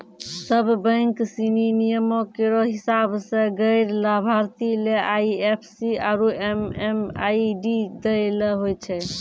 सब बैंक सिनी नियमो केरो हिसाब सें गैर लाभार्थी ले आई एफ सी आरु एम.एम.आई.डी दै ल होय छै